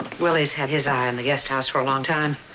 willie's had his eye on the guest house for a long time.